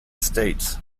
states